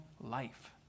life